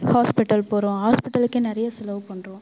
hospital போகிறோம் ஹாஸ்ப்பிட்டலுக்கே நிறைய செலவு பண்ணுறோம்